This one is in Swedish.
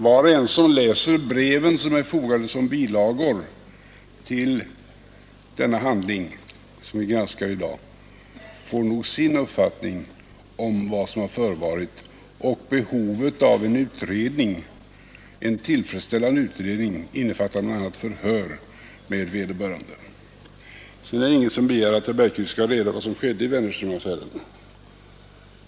Var och en som läser breven som är fogade som bilagor till den handling vi i dag granskar får nog sin uppfattning om vad som har förevarit och om behovet av en tillfredsställande utredning, innefattande bl.a. förhör med vederbörande. Sedan är det ingen som begär att herr Bergqvist skall ha reda på vad som skedde i Wennerströmaffären.